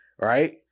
right